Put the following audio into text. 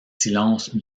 silences